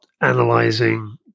analyzing